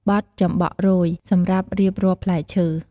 បទចំបក់រោយ សម្រាប់រៀបរាប់ផ្លែឈើ។